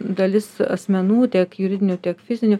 dalis asmenų tiek juridinių tiek fizinių